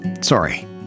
sorry